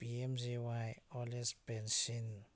P M J Y old age pension